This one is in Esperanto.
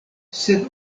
sed